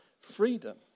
freedom